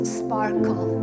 sparkle